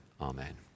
Amen